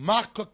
Mark